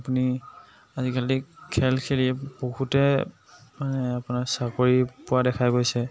আপুনি আজিকালি খেল খেলি বহুতে মানে আপোনাৰ চাকৰি পোৱা দেখা গৈছে